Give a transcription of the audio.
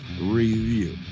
Review